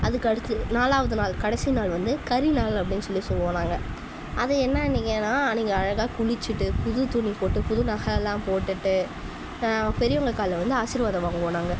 அதுக்கு அடுத்து நாலாவது நாள் கடைசி நாள் வந்து கரிநாள் அப்படின்னு சொல்லி சொல்லுவோம் நாங்கள் அது என்னன்னீங்கன்னால் அன்றைக்கு அழகாக குளித்துட்டு புது துணி போட்டு புது நகைலாம் போட்டுட்டு பெரியவங்க காலில் விழுந்து ஆசீர்வாதம் வாங்குவோம் நாங்கள்